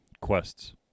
quests